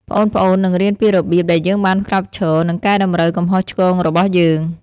ប្អូនៗនឹងរៀនពីរបៀបដែលយើងបានក្រោកឈរ និងកែតម្រូវកំហុសឆ្គងរបស់យើង។